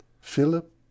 philip